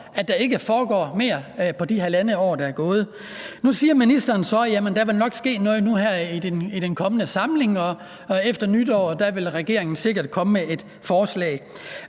at der ikke er foregået mere på det halvandet år, der er gået. Nu siger ministeren så, at der nok vil ske noget nu her i den kommende tid, og efter nytår vil regeringen sikkert komme med et forslag.